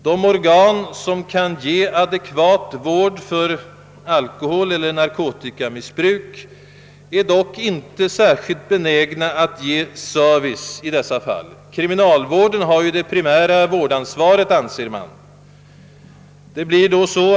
De särskilda samhällsorgan som kan ge adekvat vård för alkoholoch narkotikamissbruk är dock inte särskilt benägna att ge service i detta fall. Kriminalvården har det primära vårdansvaret, anser man. Det blir då så.